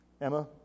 Emma